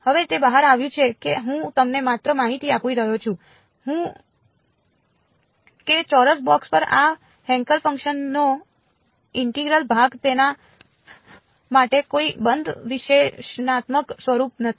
હવે તે બહાર આવ્યું છે કે હું તમને માત્ર માહિતી આપી રહ્યો છું કે ચોરસ બોક્સ પર આ હેન્કેલ ફંક્શન નો ઇન્ટિગ્રલ ભાગ તેના માટે કોઈ બંધ વિશ્લેષણાત્મક સ્વરૂપ નથી